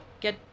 get